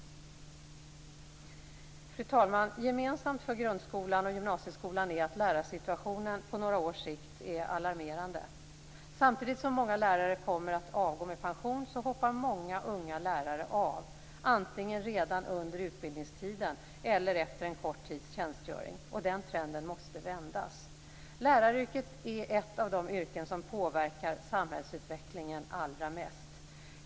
Fru talman! Gemensamt för grundskolan och gymnasieskolan är att lärarsituationen på några års sikt är alarmerande. Samtidigt som många lärare kommer att avgå med pension hoppar många unga lärare av antingen redan under utbildningstiden eller efter en kort tids tjänstgöring. Den trenden måste vändas. Lärarna är en av de yrkesgrupper som påverkar samhällsutvecklingen allra mest.